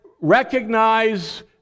recognize